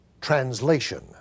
translation